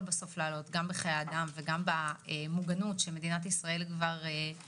לעלות בסוף גם בחיי אדם וגם במוגנות שמדינת ישראל עבדה